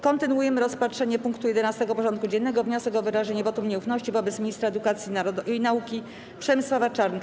Kontynuujemy rozpatrzenie punktu 11. porządku dziennego: Wniosek o wyrażenie wotum nieufności wobec Ministra Edukacji i Nauki - Przemysława Czarnka.